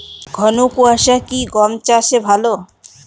ঘন কোয়াশা কি গম চাষে ভালো?